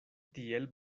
tiel